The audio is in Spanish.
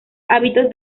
hábitos